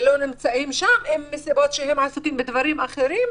נמצאים שם, אם מסיבות שהם עסוקים בדברים אחרים,